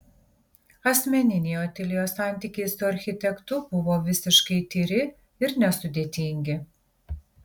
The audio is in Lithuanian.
asmeniniai otilijos santykiai su architektu buvo visiškai tyri ir nesudėtingi